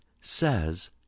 says